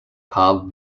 cobb